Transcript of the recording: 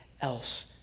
else